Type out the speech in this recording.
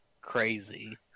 crazy